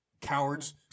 Cowards